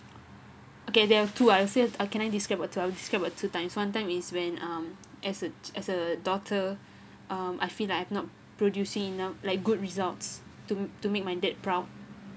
okay there have two I will say or can I describe about two I will describe about two times one time is when um as a as a daughter um I feel I have not producing enough like good results to to make my dad proud